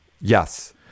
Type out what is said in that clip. Yes